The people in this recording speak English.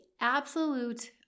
absolute